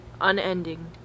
unending